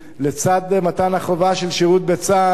לצד מתן החובה של שירות בצה"ל,